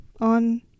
on